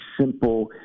simple